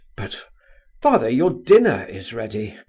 but father, your dinner is ready,